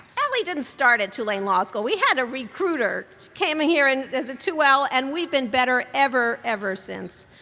allie didn't start at tulane law school. we had to recruit her. came in here and as a two l and we've been better ever, ever since.